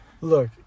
Look